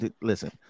listen